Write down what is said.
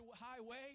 highway